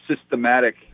systematic